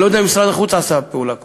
ואני לא יודע אם משרד החוץ עשה פעולה כלשהי.